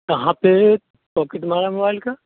कहाँ पर पॉकेट मारा मोबाइल का